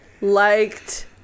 liked